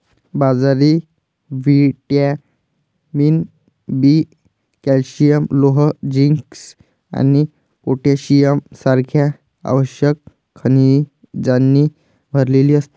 बाजरी vitamin B, calcium, लोह, zinc आणि पोटॅशियम सारख्या आवश्यक खनिजांनी भरलेली असते